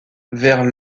vers